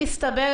מסתבר,